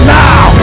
now